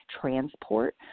transport